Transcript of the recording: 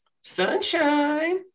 Sunshine